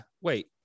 wait